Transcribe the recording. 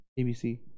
ABC